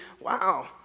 wow